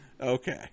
Okay